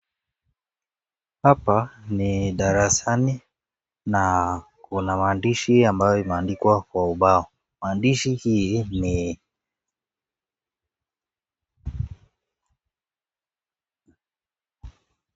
Hapa ni darasani na kuna maandishi ambayo imeandikwa kwa ubao maandishi hii ni...